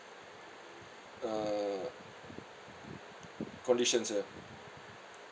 err conditions uh